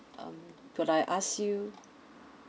um could I ask you